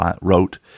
wrote